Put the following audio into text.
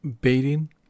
baiting